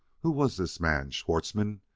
who was this man, schwartzmann,